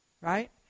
Right